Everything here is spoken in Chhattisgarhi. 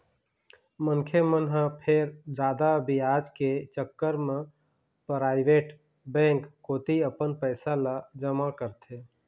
मनखे मन ह फेर जादा बियाज के चक्कर म पराइवेट बेंक कोती अपन पइसा ल जमा करथे